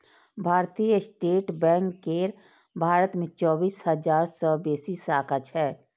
भारतीय state bank केर भारत मे चौबीस हजार सं बेसी शाखा छै